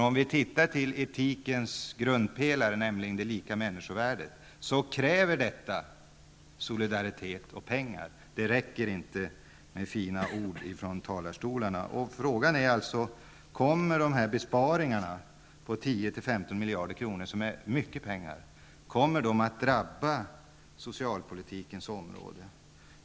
Om vi ser till etikens grundpelare, nämligen det lika människovärdet, kräver detta solidaritet och pengar -- det räcker inte med fina ord från talarstolarna. Frågan är alltså: Kommer dessa besparingar på 10--15 miljarder att drabba socialpolitikens område?